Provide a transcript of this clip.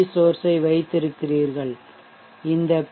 source ஐ வைத்திருக்கிறீர்கள் இந்த பி